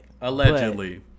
Allegedly